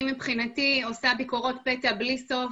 אני מבחינתי עושה ביקורות פתע בלי סוף,